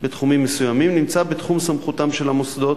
בתחומים מסוימים, נמצא בתחום סמכותם של המוסדות,